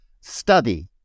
study